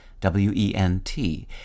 w-e-n-t